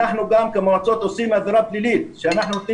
אנחנו גם כמועצות עושים עבירה פלילית שאנחנו נותנים